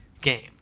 game